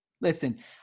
Listen